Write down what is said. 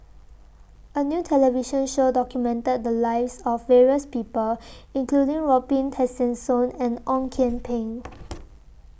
A New television Show documented The Lives of various People including Robin Tessensohn and Ong Kian Peng